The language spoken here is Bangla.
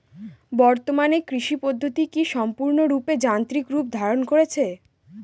বর্তমানে কৃষি পদ্ধতি কি সম্পূর্ণরূপে যান্ত্রিক রূপ ধারণ করেছে?